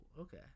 okay